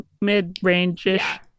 mid-range-ish